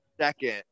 second